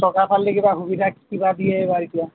চৰকাৰৰ ফালেদি কিবা সুবিধা কিবা দিয়েই বা এতিয়া